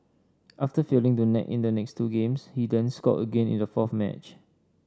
after failing to net in the next two games he then scored again in the fourth match